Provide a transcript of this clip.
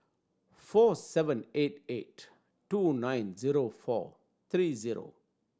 four seven eight eight two nine zero four three zero